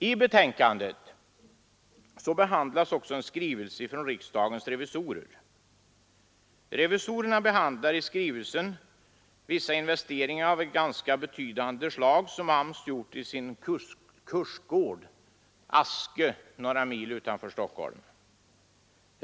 I betänkandet behandlas också en skrivelse från riksdagens revisorer. Revisorerna berör i skrivelsen vissa investeringar av ganska betydande slag som AMS gjort i sin kursgård Aske några mil utanför Stockholm.